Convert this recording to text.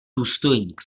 důstojník